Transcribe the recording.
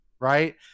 Right